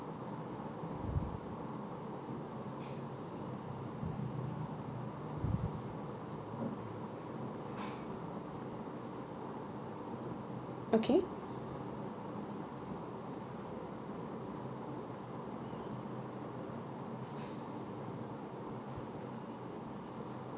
okay